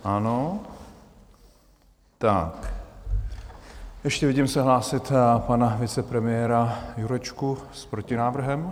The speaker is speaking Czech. Ano, ještě vidím se hlásit pana vicepremiéra Jurečku s protinávrhem.